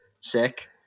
sick